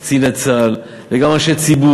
וגם ראשי ישיבות, וגם קציני צה"ל, ואנשי ציבור,